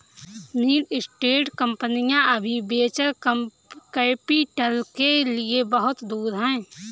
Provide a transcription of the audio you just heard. mid stage कंपनियां अभी venture capital के लिए बहुत दूर हैं